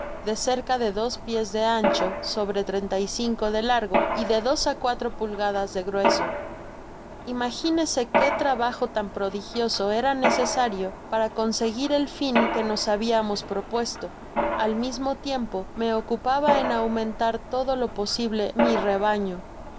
de cerca de dos pies de ancho sobre treinta y cinco de largo y de dos á cuatro pulgadas de grueso imaginese qué trabajo tan prodigioso era necesario para conseguir el fin que nos habiamos propuesto al mismo tiempo me ocupaba en aumentar todo lo posible mi rebaño